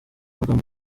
magambo